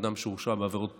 אדם שהורשע בעבירות פליליות.